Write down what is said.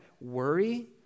worry